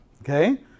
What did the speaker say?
Okay